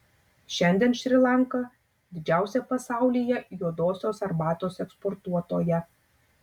šiandien šri lanka didžiausia pasaulyje juodosios arbatos eksportuotoja